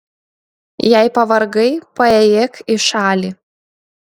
jei pavargai paėjėk į šalį